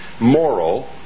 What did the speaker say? moral